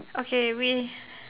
okay we